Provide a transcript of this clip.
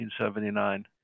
1979